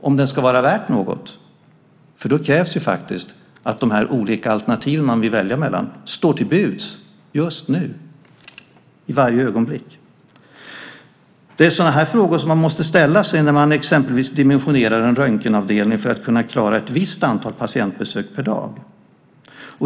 Om den ska vara värd något krävs det ju faktiskt att de olika alternativen att välja mellan står till buds just nu, i varje ögonblick. Det är sådana här frågor som man måste ställa sig när man exempelvis dimensionerar en röntgenavdelning för att kunna klara ett visst antal patientbesök per dag.